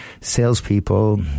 salespeople